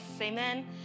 Amen